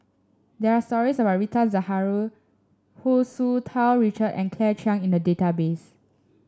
there are stories about Rita Zahara Hu Tsu Tau Richard and Claire Chiang in the database